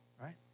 right